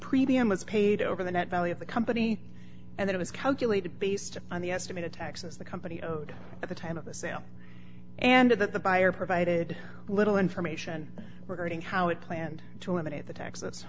premium was paid over the net value of the company and it was calculated based on the estimated taxes the company owed at the time of the sale and that the buyer provided little information regarding how it planned to eliminate the taxes